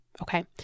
Okay